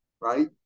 right